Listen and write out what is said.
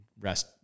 rest